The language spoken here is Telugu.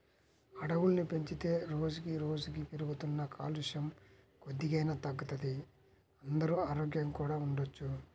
అడవుల్ని పెంచితే రోజుకి రోజుకీ పెరుగుతున్న కాలుష్యం కొద్దిగైనా తగ్గుతది, అందరూ ఆరోగ్యంగా కూడా ఉండొచ్చు